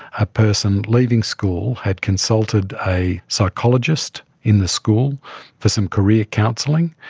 a person leaving school had consulted a psychologist in the school for some career counselling,